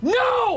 no